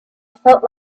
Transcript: felt